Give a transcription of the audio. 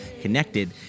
connected